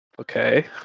Okay